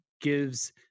gives